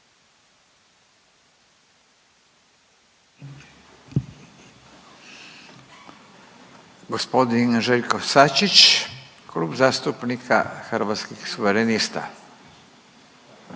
Gospodin Željko Sačić, Klub zastupnika Hrvatskih suverenista.